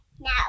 Now